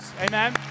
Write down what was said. Amen